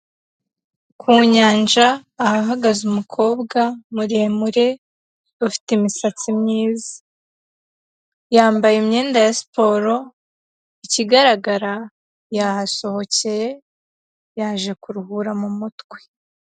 Ku nyanja ahahagaze umukobwa muremure, ufite imisatsi myiza. Yambaye imyenda ya siporo, ikigaragara yahasohokeye, yaje kuruhura mu mutwe.